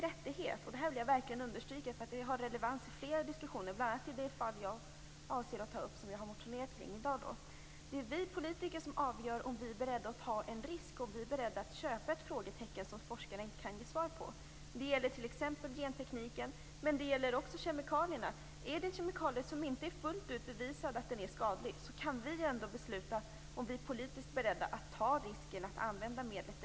Men - och det här vill jag verkligen understryka, eftersom det har relevans i flera diskussioner, bl.a. i den fråga jag har motioner i och som jag avser att ta upp i dag - det är ändå vi politiker som avgör om vi är beredda att ta en risk, om vi är beredda att acceptera en osäkerhet kring något som forskarna inte kan ge svar på. Det gäller t.ex. gentekniken, men det gäller också kemikalierna. Är det en kemikalie som inte fullt ut har bevisats vara farlig kan vi ändå besluta om vi är politiskt beredda att ta risken att använda medlet.